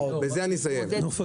נוף הגליל.